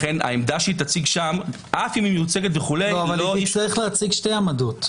לכן העמדה שתציג שם- -- אבל היא תצטרך להציג שתי עמדות.